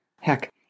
Heck